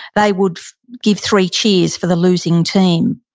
they would give three cheers for the losing team.